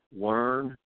learn